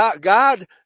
God